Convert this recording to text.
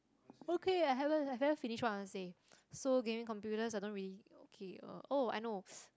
okay I haven't I haven't finished what I want to say so gaming computers I don't really okay oh I know